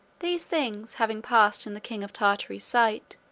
these things having passed in the king of tartary's sight,